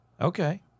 Okay